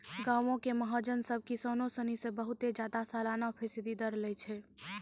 गांवो के महाजन सभ किसानो सिनी से बहुते ज्यादा सलाना फीसदी दर लै छै